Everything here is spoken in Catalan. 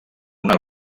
una